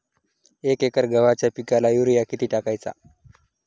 एक एकर गव्हाच्या पिकाला युरिया किती टाकायचा?